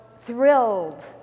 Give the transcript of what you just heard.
thrilled